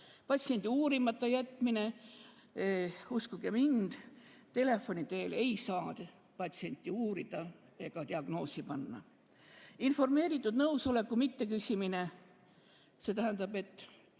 patsiendi uurimata jätmine – uskuge mind, telefoni teel ei saa patsienti uurida ega diagnoosi panna; informeeritud nõusoleku mitteküsimine – see tähendab, et